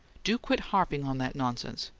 do quit harping on that nonsense!